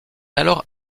alors